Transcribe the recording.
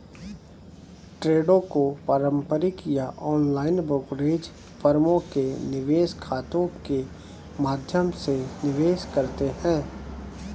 ट्रेडों को पारंपरिक या ऑनलाइन ब्रोकरेज फर्मों के निवेश खातों के माध्यम से निवेश करते है